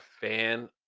fan